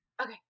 Okay